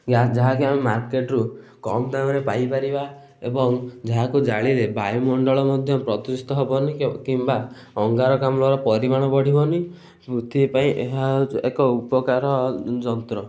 gas ଯାହାକି ଆମେ ମାର୍କେଟରୁ କମ୍ ଦାମରେ ପାଇପାରିବା ଏବଂ ଯାହାକୁ ଜାଳିଲେ ବାୟୁମଣ୍ଡଳ ମଧ୍ୟ ପ୍ରଦୂଷିତ ହେବନି କି କିମ୍ବା ଅଙ୍ଗାରକାମ୍ଳର ପରିମାଣ ବଢ଼ିବନି ପୃଥିବୀ ପାଇଁ ଏହା ଏକ ଉପକାର ଯନ୍ତ୍ର